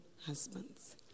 husbands